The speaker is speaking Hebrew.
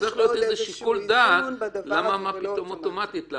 עוד איזשהו איזון בדבר הזה ולא אוטומטית.